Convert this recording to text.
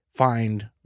find